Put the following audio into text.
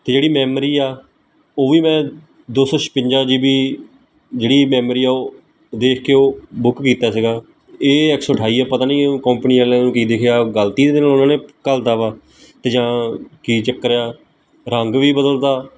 ਅਤੇ ਜਿਹੜੀ ਮੈਮਰੀ ਆ ਉਹ ਵੀ ਮੈਂ ਦੋ ਸੋ ਛਪੰਜਾ ਜੀ ਬੀ ਜਿਹੜੀ ਮੈਮਰੀ ਆ ਉਹ ਦੇਖ ਕੇ ਉਹ ਬੁੱਕ ਕੀਤਾ ਸੀਗਾ ਇਹ ਇੱਕ ਸੌ ਅਠਾਈ ਆ ਪਤਾ ਨਹੀਂ ਕੰਪਨੀ ਵਾਲਿਆਂ ਨੂੰ ਕੀ ਦਿਖਿਆ ਗਲਤੀ ਦੇ ਨਾਲ ਉਹਨਾਂ ਨੇ ਘੱਲ ਤਾ ਵਾ ਅਤੇ ਜਾਂ ਕੀ ਚੱਕਰ ਆ ਰੰਗ ਵੀ ਬਦਲਤਾ